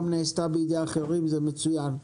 בידי אחרים זה מצוין.